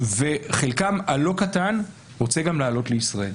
וחלקם הלא קטן רוצה גם לעלות לישראל.